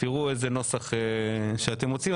תראו איזה נוסח שאתם רוצים,